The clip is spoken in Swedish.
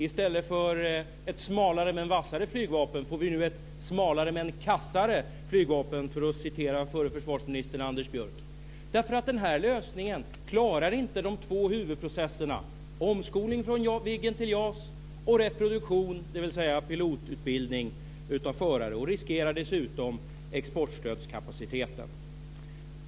I stället för ett smalare men vassare flygvapen får vi nu ett smalare men kassare flygvapen, för att citera förre försvarsministern Anders Björck. Den här lösningen klarar inte de två huvudprocesserna; omskolning från Viggen till JAS och reproduktion, dvs. pilotutbildning, av förare. Den riskerar dessutom exportstödskapaciteten.